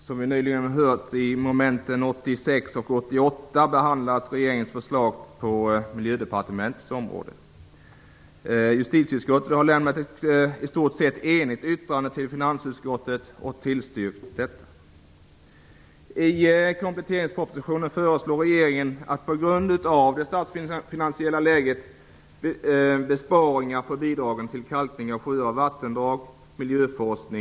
Fru talman! I momenten 86-88 behandlas regeringens förslag på Miljödepartementets område. Jordbruksutskottet har lämnat ett i stort sett enigt yttrande till finansutskottet och tillstyrkt detta. I kompletteringspropositionen föreslår regeringen på grund av det statsfinansiella läget att besparingar görs på bidragen till kalkning av sjöar och vattendrag och miljöforskning.